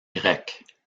grecque